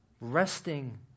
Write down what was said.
resting